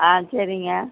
ஆ சரிங்க